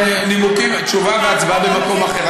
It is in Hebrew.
תשובה והצבעה במקום אחר.